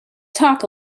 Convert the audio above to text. talk